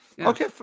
Okay